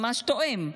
ממש תואם.